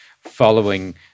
following